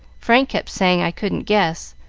frank kept saying i couldn't guess,